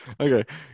Okay